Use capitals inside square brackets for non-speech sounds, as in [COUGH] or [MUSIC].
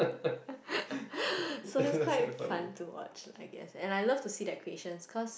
[LAUGHS] so that's quite fun to watch I guess and I love the see their creations cause